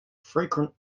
frequent